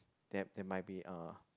that that might be a